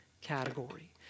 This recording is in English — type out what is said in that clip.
category